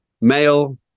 male